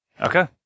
Okay